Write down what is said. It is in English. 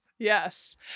Yes